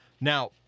now